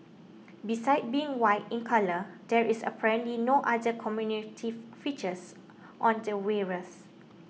besides being white in colour there is apparently no other features on the wares